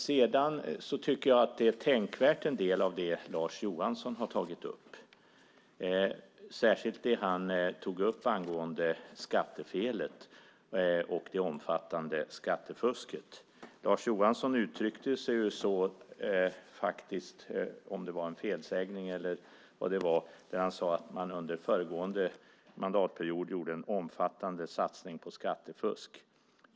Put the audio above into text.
Sedan tycker jag att en del är tänkvärt av det som Lars Johansson har tagit upp, särskilt det han tog upp angående skattefelet och det omfattande skattefusket. Lars Johansson uttryckte - det kanske var en felsägning - att man under föregående mandatperiod gjorde en omfattande satsning på skattefusk.